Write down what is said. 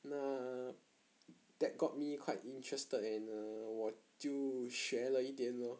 那 that got me quite interested in err 我就学了一点 lor